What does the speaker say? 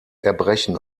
erbrechen